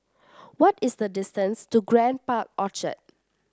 what is the distance to Grand Park Orchard